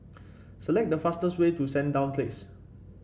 select the fastest way to Sandown Place